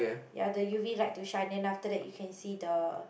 ya the U_V light to shine then after that you can see the